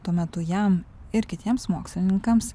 tuo metu jam ir kitiems mokslininkams